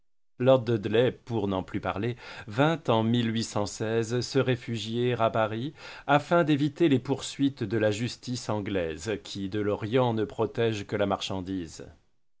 lord dudley pour n'en plus parler vint en se réfugier à paris afin d'éviter les poursuites de la justice anglaise qui de l'orient ne protége que la marchandise